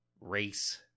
race